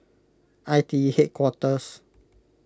I T E Headquarters